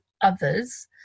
others